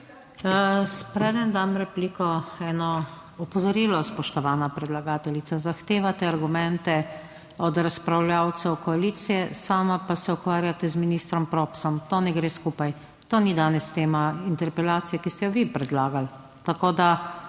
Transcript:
Preden dam repliko, eno opozorilo, spoštovana predlagateljica. Zahtevate argumente od razpravljavcev koalicije, sama pa se ukvarjate z ministrom Propsom, to ne gre skupaj, to ni danes tema interpelacije, ki ste jo vi predlagali, tako, da